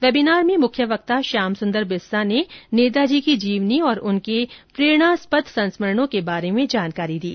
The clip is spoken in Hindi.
वेबिनार में मुख्य वक्ता श्याम सुंदर बिस्सा ने नेताजी की जीवनी और उनके प्रेरणास्पद संस्मरणों के बारे में जानकारी दी